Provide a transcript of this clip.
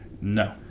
No